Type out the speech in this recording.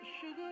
sugar